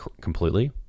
completely